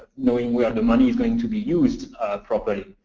knowing where the money is going to be used properly.